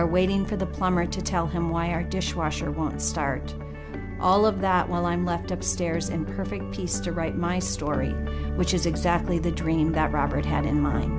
or waiting for the plumber to tell him why our dishwasher wants start all of that while i'm left upstairs and perfect peace to write my story which is exactly the dream that robert had in mind